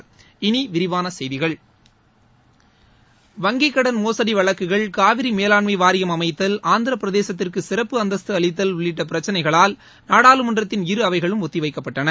இனி விரிவான செய்திகள் வங்கிக் கடன் மோசடி வழக்குகள் காவிரி மேலாண்ளம வாரியம் அமைத்தல் ஆந்திர பிரதேசத்திற்கு சிறப்பு அந்தஸ்து அளித்தல் உள்ளிட்ட பிரச்சினைகளால் நாடாளுமன்றத்தின் இரு அவைகளும் ஒத்தவைக்கப்பட்டன